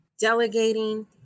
delegating